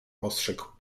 ostrzegł